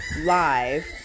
live